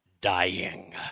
Dying